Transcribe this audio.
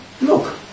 Look